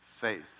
faith